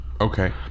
okay